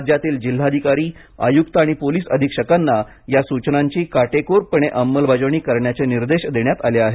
राज्यातील जिल्हाधिकारी आय्क्त आणि पोलिस अधीक्षकांना या सुचनांची काटेकोरपणे अंमलबजावणी करण्याचे निर्देश देण्यात आले आहेत